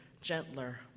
gentler